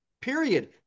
Period